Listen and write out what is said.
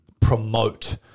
promote